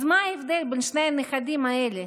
אז מה ההבדל בין שני הנכדים האלה?